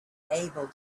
able